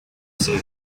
say